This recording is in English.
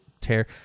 tear